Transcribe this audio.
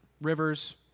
rivers